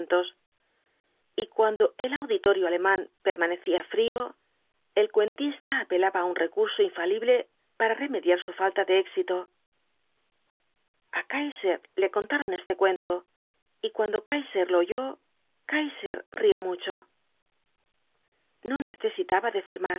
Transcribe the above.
y cuando el auditorio alemán permanecía frío el cuentista apelaba á un recurso infalible para remediar su falta de éxito a kaiser le contaron este cuento y cuando kaiser lo oyó kaiser rió mucho no necesitaba decir